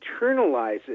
internalizes